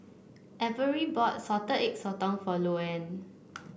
Averie bought Salted Egg Sotong for Louann